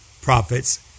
prophets